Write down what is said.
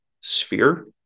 sphere